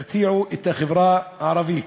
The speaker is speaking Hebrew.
ירתיעו את החברה הערבית.